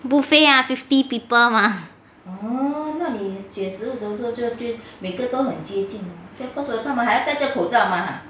buffet ah fifty people mah